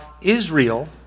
Israel